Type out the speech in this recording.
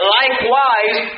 likewise